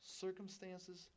circumstances